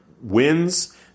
wins